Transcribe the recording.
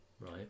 Right